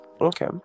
Okay